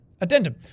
Addendum